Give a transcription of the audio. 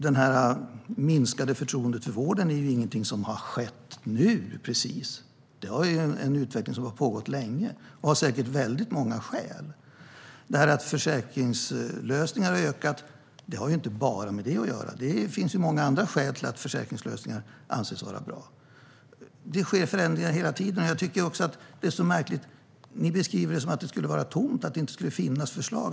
Det minskade förtroendet för vården är ingenting som har uppstått nu. Den utvecklingen har pågått länge, säkert av många olika skäl. Att antalet försäkringslösningar har ökat har inte bara med det att göra. Det finns många andra skäl till att försäkringslösningar anses vara bra. Det sker förändringar hela tiden, och jag tycker att det är märkligt att ni beskriver det som att betänkandet skulle vara tomt och inte innehålla några förslag.